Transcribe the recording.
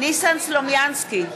ניסן סלומינסקי,